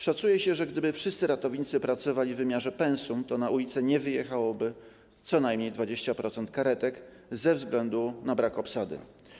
Szacuje się, że gdyby wszyscy ratownicy pracowali w wymiarze pensum, to na ulice nie wyjechałoby co najmniej 20% karetek ze względu na brak obsady.